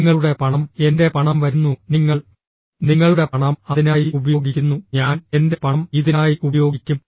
നിങ്ങളുടെ പണം എന്റെ പണം വരുന്നു നിങ്ങൾ നിങ്ങളുടെ പണം അതിനായി ഉപയോഗിക്കുന്നു ഞാൻ എന്റെ പണം ഇതിനായി ഉപയോഗിക്കും